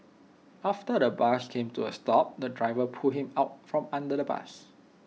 after the bus came to A stop the driver pulled him out from under the bus